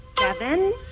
Seven